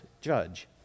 judge